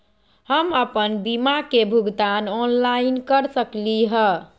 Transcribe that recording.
हम अपन बीमा के भुगतान ऑनलाइन कर सकली ह?